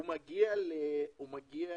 הוא מגיע למדינה,